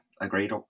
agreed